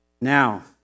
Now